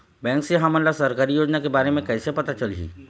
Bank से हमन ला सरकारी योजना के बारे मे कैसे पता चलही?